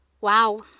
Wow